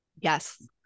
Yes